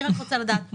אני רק רוצה לדעת,